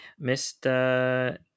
Mr